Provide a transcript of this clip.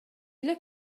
эле